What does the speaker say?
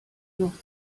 noch